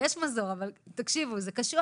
יש מזור, אבל זה קשוח.